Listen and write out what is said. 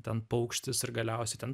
ten paukštis ir galiausiai ten